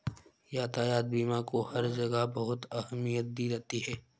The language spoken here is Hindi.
यातायात बीमा को हर जगह बहुत अहमियत दी जाती है